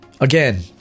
again